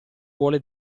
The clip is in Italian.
vuole